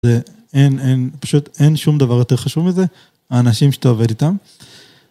אין פשוט שום דבר יותר חשוב מזה, האנשים שאתה עובד איתם.